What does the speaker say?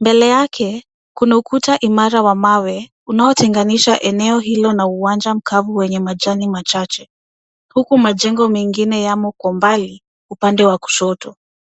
Mbele yake kuna ukuta imara wa mawe unaotenganisha eneo hilo na uwanja mavu wenye majani machache huku majengo mengine yamo kwa mbali upande wa kushoto.